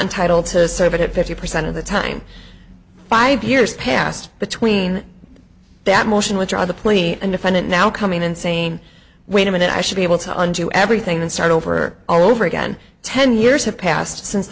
entitled to serve it fifty percent of the time five years passed between that motion withdraw the plea and defendant now coming and saying wait a minute i should be able to undo everything and start over all over again ten years have passed since